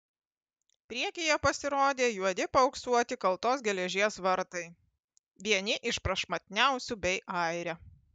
priekyje pasirodė juodi paauksuoti kaltos geležies vartai vieni iš prašmatniausių bei aire